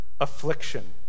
affliction